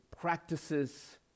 practices